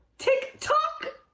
tik tok?